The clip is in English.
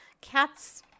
Cats